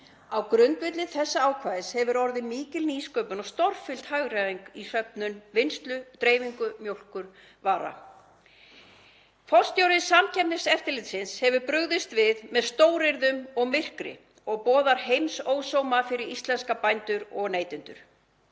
Á grundvelli þessa ákvæðis hefur orðið mikil nýsköpun og stórfelld hagræðing í söfnun, vinnslu og dreifingu mjólkurvara. Forstjóri Samkeppniseftirlitsins hefur brugðist við með stóryrðum og myrkri og boðar heimsósóma fyrir íslenska bændur og neytendur.